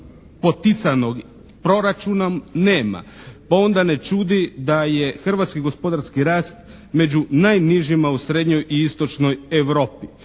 poticanog proračunom nema onda ne čudi da je hrvatski gospodarski rast među najnižima u srednjoj i istočnoj Europi.